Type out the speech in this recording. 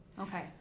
Okay